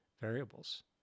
variables